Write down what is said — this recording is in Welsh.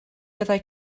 byddai